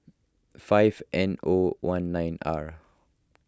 five N O one nine R